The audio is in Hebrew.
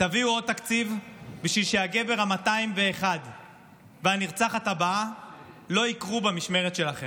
תביאו עוד תקציב בשביל שהגבר ה-201 והנרצחת הבאה לא יקרו במשמרת שלכם.